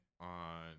on